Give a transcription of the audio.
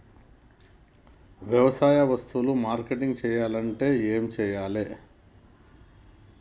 వ్యవసాయ వస్తువులు మార్కెటింగ్ చెయ్యాలంటే ఏం చెయ్యాలే?